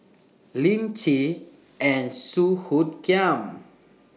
Lim Chee and Song Hoot Kiam